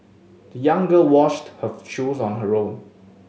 the young girl washed her shoes on her own